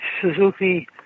Suzuki